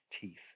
teeth